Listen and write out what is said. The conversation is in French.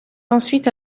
ensuite